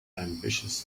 ambitious